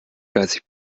geistig